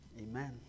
amen